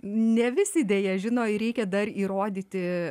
ne visi deja žino jį reikia dar įrodyti